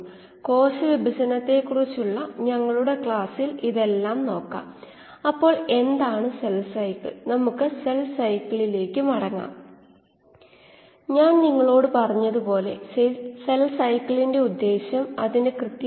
അതിനാൽ കോശങ്ങൾ ഉയർന്ന നിരക്കിൽ വളരണമെങ്കിൽ നമ്മൾ ഒരു പരിധി വരെ ഫ്ലോ റേറ്റ് വർദ്ധിപ്പിക്കണം നമ്മൾ ആകെ മാസ്സ് ചെയ്തു നമ്മൾ കോശങ്ങൾ ചെയ്തു